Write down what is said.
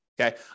Okay